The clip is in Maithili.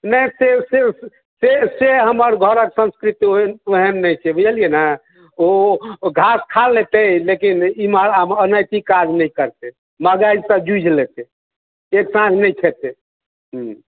नहि नहि सिर्फ से हमर घरक संस्कृति ओहन ओहन नहि छै बुझलियै ने ओ ओ घास खा लेतै लेकिन इमहर अनैतिक खेती काज नहि करतै महँगाइ से जूझि लेतै एक साँझ नहि खेतै